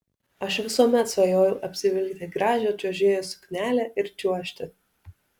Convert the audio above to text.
aš visuomet svajojau apsivilkti gražią čiuožėjos suknelę ir čiuožti